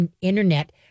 internet